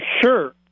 Sure